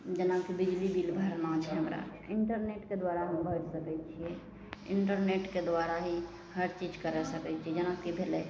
जेनाकि बिजली बिल भरना छै हमरा इन्टरनेटके द्वारा हम भरि सकै छिए इन्टरनेटके द्वारा ही हर चीज करै सकै छी जेनाकि भेलै